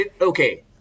okay